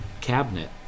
cabinet